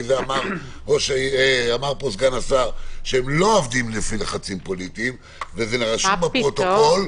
כי אמר פה סגן השר שהם לא עובדים לפי לחצים פוליטיים -- מה פתאום.